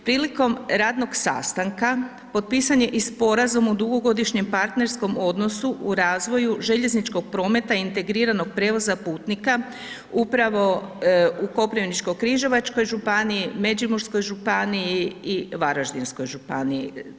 Prilikom radnog sastanka, potpisan je i sporazum o dugogodišnjem partnerskom odnosu u razvoju željezničkog prometa i integriranog prijevoza putnika upravo u Koprivničko-križevačkoj županiji, Međimurskoj županiji i Varaždinskoj županiji.